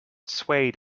swayed